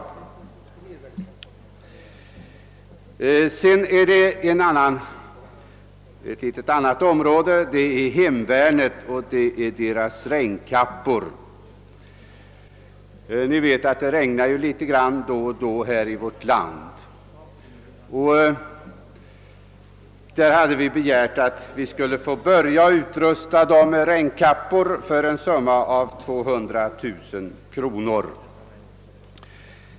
I en motion har vi vidare hemställt att hemvärnet får ett anslag på 200 000 kronor för att beställa regnkappor — det regnar ju då och då i vårt land.